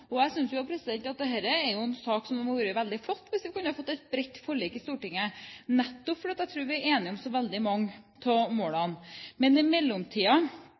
vært veldig flott hvis vi kunne ha fått et bredt forlik i Stortinget i denne saken, nettopp fordi jeg tror vi er enige om så veldig mange av målene. I